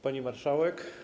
Pani Marszałek!